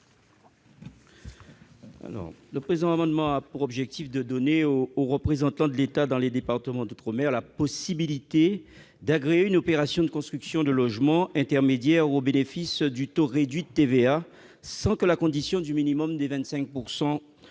Le présent amendement a pour objectif de donner aux représentants de l'État dans les départements d'outre-mer la possibilité d'agréer une opération de construction de logements intermédiaires au bénéfice du taux réduit de TVA, sans que la condition du minimum de 25